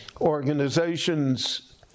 organizations